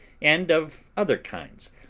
and of other kinds,